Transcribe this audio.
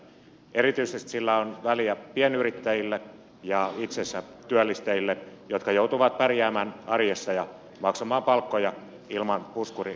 erityisesti sillä on väliä pienyrittäjille ja itsensätyöllistäjille jotka joutuvat pärjäämään arjessa ja maksamaan palkkoja ilman puskurirahastoja